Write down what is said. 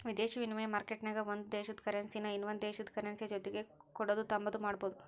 ವಿದೇಶಿ ವಿನಿಮಯ ಮಾರ್ಕೆಟ್ನಾಗ ಒಂದು ದೇಶುದ ಕರೆನ್ಸಿನಾ ಇನವಂದ್ ದೇಶುದ್ ಕರೆನ್ಸಿಯ ಜೊತಿಗೆ ಕೊಡೋದು ತಾಂಬಾದು ಮಾಡ್ಬೋದು